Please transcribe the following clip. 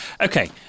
okay